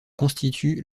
constitue